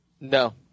No